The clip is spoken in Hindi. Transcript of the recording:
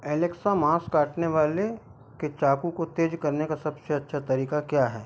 एलेक्सा मांस काटने वाले के चाकू को तेज़ करने का सबसे अच्छा तरीका क्या है